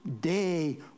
day